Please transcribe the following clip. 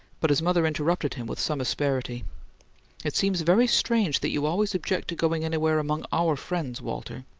but his mother interrupted him with some asperity it seems very strange that you always object to going anywhere among our friends, walter.